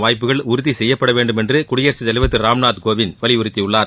வாய்ப்புகள் உறுதி செய்யப்பட வேண்டும் என்று குடியரசு தலைவர் திரு ராம்நாத் கோவிந்த் வலிபுறுத்தியுள்ளார்